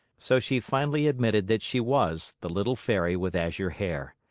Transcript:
so she finally admitted that she was the little fairy with azure hair.